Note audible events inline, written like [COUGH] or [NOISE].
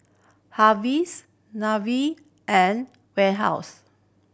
[UNINTELLIGIBLE] Nivea and Warehouse